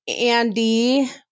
Andy